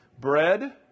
bread